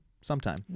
sometime